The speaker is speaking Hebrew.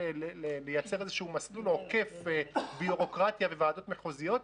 לייצר איזשהו מסלול עוקף בירוקרטיה בוועדות מחוזיות,